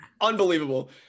Unbelievable